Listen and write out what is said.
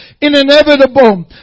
inevitable